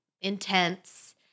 intense